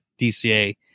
dca